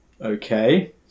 okay